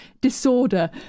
disorder